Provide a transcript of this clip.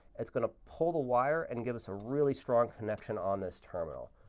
it's going to pull the wire and give us a really strong connection on this terminal.